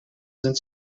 sind